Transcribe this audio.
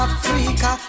Africa